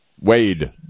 Wade